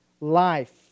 life